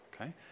Okay